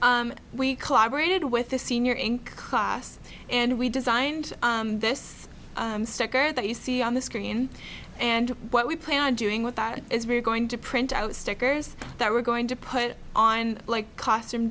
we collaborated with a senior in class and we designed this sticker that you see on the screen and what we plan on doing with that is really going to print out stickers that we're going to put on like costume